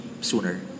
sooner